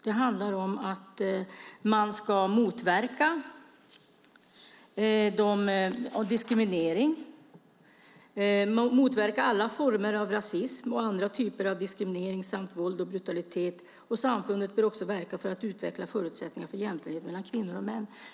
Det handlar om att man ska motverka alla former av rasism och andra typer av diskriminering samt våld och brutalitet. Samfundet bör också verka för att utveckla förutsättningar för jämställdhet mellan kvinnor och män.